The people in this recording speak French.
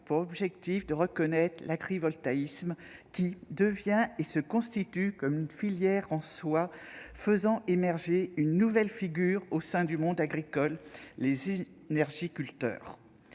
pour objectif de reconnaître l'agrivoltaïsme, « qui devient et se constitue comme une filière en soi, faisant émerger une nouvelle figure au sein du monde agricole : les énergiculteurs